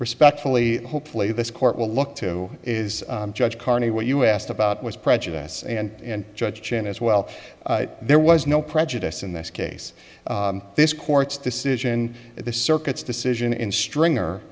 respectfully hopefully this court will look to is judge carney what you asked about was prejudice and judge chin as well there was no prejudice in this case this court's decision this circuit's decision in stringer